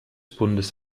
bundes